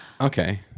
Okay